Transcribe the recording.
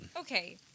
Okay